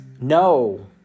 no